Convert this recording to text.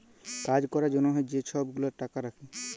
কাজ ক্যরার জ্যনহে যে ছব গুলা টাকা রাখ্যে